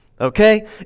Okay